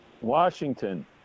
Washington